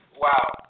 Wow